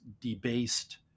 debased